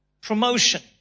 promotion